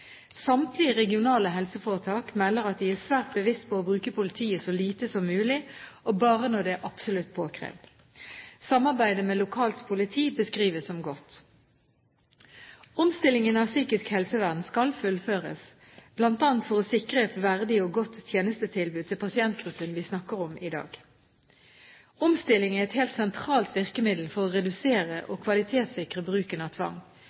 Samtlige regionale helseforetak melder at de er svært bevisste på å bruke politiet så lite som mulig, og bare når det er absolutt påkrevd. Samarbeidet med lokalt politi beskrives som godt. Omstillingen av psykisk helsevern skal fullføres bl.a. for å sikre et verdig og godt tjenestetilbud til pasientgruppen vi snakker om i dag. Omstilling er et helt sentralt virkemiddel for å redusere og kvalitetssikre bruken av tvang.